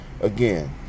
again